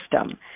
system